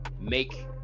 make